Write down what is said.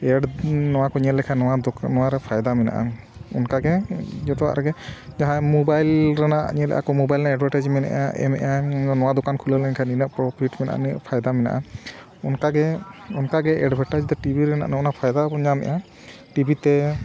Ed ᱱᱚᱣᱟ ᱠᱚ ᱧᱮᱞ ᱞᱮᱠᱷᱟᱱ ᱱᱚᱣᱟ ᱫᱚ ᱱᱚᱶᱟᱨᱮ ᱯᱷᱟᱭᱫᱟ ᱢᱮᱱᱟᱜᱼᱟ ᱚᱱᱠᱟᱜᱮ ᱡᱚᱛᱚᱣᱟᱜ ᱨᱮᱜᱮ ᱡᱟᱦᱟᱸᱭ ᱢᱚᱵᱟᱭᱤᱞ ᱨᱮᱱᱟᱜ ᱧᱮᱞᱮᱫ ᱠᱚ ᱢᱚᱵᱟᱭᱤᱞ ᱨᱮᱱᱟᱜ ᱮᱰᱵᱷᱮᱴᱟᱭᱤᱡᱽ ᱮᱢᱮᱜᱼᱟ ᱱᱚᱣᱟ ᱫᱚᱠᱟᱱ ᱠᱷᱩᱞᱟᱹᱣ ᱞᱮᱱᱠᱷᱟᱱ ᱤᱱᱟᱹᱜ ᱯᱨᱚᱯᱷᱤᱴ ᱢᱮᱱᱟᱜᱼᱟ ᱤᱱᱟᱹᱜ ᱯᱷᱟᱭᱫᱟ ᱢᱮᱱᱟᱜᱼᱟ ᱚᱱᱠᱟᱜᱮ ᱚᱱᱠᱟᱜᱮ ᱮᱰᱵᱷᱮᱴᱟᱭᱤᱡᱽ ᱴᱤᱵᱷᱤ ᱨᱮᱱᱟᱜ ᱱᱚᱣᱟ ᱯᱷᱟᱭᱫᱟ ᱵᱚᱱ ᱧᱟᱢᱮᱜᱼᱟ ᱴᱤᱵᱷᱤᱛᱮ